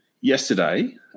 yesterday